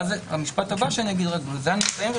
ואז המשפט הבא שאגיד, ובזה אסיים,